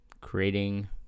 creating